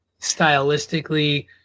stylistically